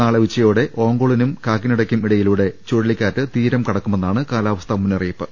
നാളെ ഉച്ചയോടെ ഓങ്കോളിനും കാക്കിനഡയ്ക്കും ഇടയിലൂടെ ചുഴലിക്കാറ്റ് തീരം കടക്കുമെന്നാണ് കാലാവസ്ഥാ മുന്നറിയിപ്പ്